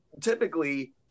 typically